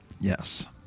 Yes